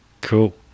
Cool